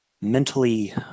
mentally